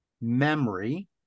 memory